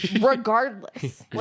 Regardless